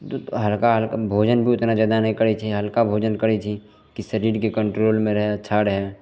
दुइ हल्का हल्का भोजन भी ओतना जादा नहि करै छी हल्का भोजन करै छी कि शरीरके कन्ट्रोलमे रहै अच्छा रहै